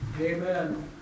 Amen